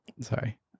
Sorry